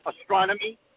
astronomy